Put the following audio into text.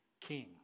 king